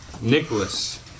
Nicholas